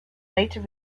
later